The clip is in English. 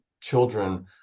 children